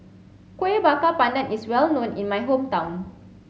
Kueh Bakar Pandan is well known in my hometown